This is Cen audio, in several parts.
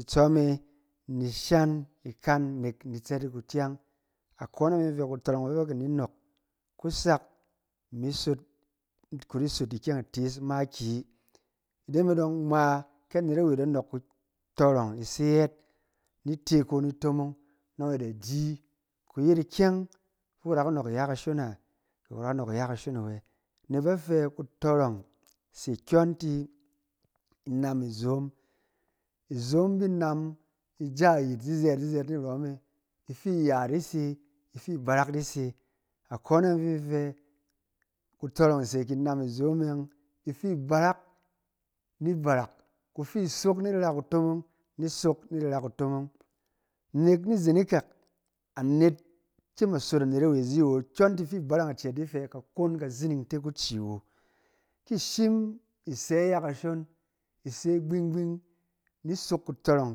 Itsɔm e ni in shan ikan nɛk in tsɛt yit kukyang. Akone fi in fɛ kutɔrɔng e yɔng fɛ ba kin di nɔɔk, ku sak imi sot, kusot ikyɛng itees makiyi. Ide me dɔng ngma kɛ anet-awe da nɔɔk kutɔrɔng, i se yet ni te iko in tomong, nɔng i da di, ku yet ikyɛng fi i da ka nɔɔk iya kashon a? Kɛ ku da ka nɔɔk iya kashon awɛ? Nɛk ba fɛ kutɔrɔng se kyɔng ti inam izom. Izom bi inam ija yit zizɛɛt zizɛɛt ni rom ye, ifi iya di se, ifi barak di se. Akone yɔng fi in di fɛ, kutɔrɔng se ti inam izom e yɔng, ifi barak ni barak, kufi i sok ni di ra kutomong ni sok ni di ra kutomong. Nɛk in zen ikak, anet kyem a yet anet-awe aziwu awo, kyɔng ti fi ibarang icɛɛt di fɛ kakon kazining te kuci awo. Ki i shim i se iya kashon i se gbingbing ni sok kutɔrɔng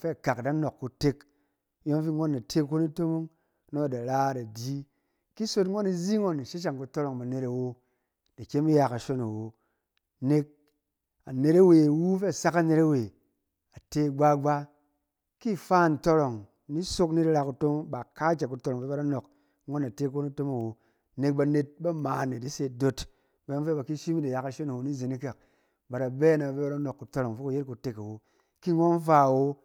fɛ akak da nɔɔk kutek kuyɔng fi ngɔn da te iko ni itomong nɔng da ra da di. Ki sot ngɔn izi ngɔn i shashang kutɔrɔng banet awo, da kyem i ya kashon awo. Nɛk anet-awe iwu fɛ a sak anet-awe, a te gbagba. Ki ifa ntɔrɔng ni sok ni ra kutomong, ba kaakyɛ kutɔrɔng fɛ ba da nɔɔk, ngɔn da te iko ni itomong awo. Nɛk banet bamaan e di se doot, bayɔng fɛ ba ki shim yin ni iya kashon awo ni zen ikak, ba da bɛ na ba da nɔɔk kutɔrɔng fɛ ku yet kuutek awo. Ki ngɔn fa awo,